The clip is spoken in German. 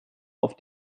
auf